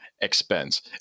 expense